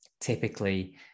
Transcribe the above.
typically